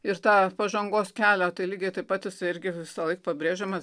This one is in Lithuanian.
ir tą pažangos kelią tai lygiai taip pat jis irgi visąlaik pabrėžiamas